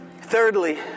Thirdly